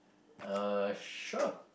uh sure